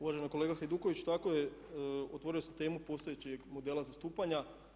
Uvaženi kolega Hajduković, tako je, otvorio sam temu postojećeg modela zastupanja.